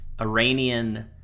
Iranian